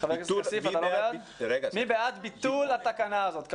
אישור התקנה הזאת?